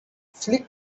flick